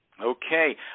Okay